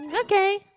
Okay